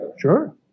Sure